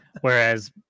Whereas